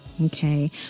Okay